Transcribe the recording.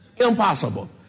Impossible